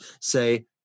say